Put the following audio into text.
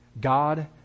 God